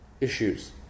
issues